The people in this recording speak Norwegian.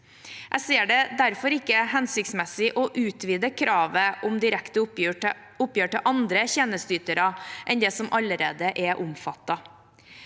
Jeg ser det derfor ikke som hensiktsmessig å utvide kravet om direkte oppgjør til andre tjenesteytere enn dem som allerede er omfattet.